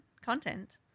content